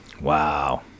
Wow